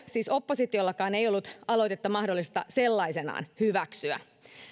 siis oppositiollakaan ei ollut mahdollisuutta aloitetta sellaisenaan hyväksyä